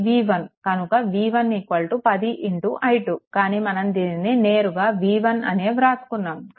కనుక v1 10 i2 కానీ మనం దీనిని నేరుగా v1 అనే వ్రాసుకున్నాము